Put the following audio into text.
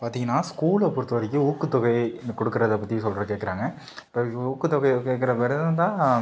பார்த்தீங்கன்னா ஸ்கூலை பொறுத்தவரைக்கும் ஊக்கத்தொகைன்னு கொடுக்குறத பற்றி சொல்கிறேன் கேட்குறாங்க ஊக்கத்தொகைய கேட்குற